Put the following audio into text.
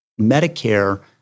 Medicare